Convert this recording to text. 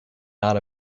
not